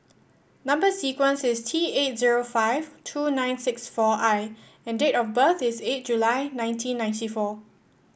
number sequence is T eight zero five two nine six four I and date of birth is eight July nineteen ninety four